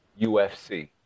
UFC